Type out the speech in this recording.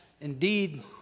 indeed